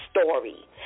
story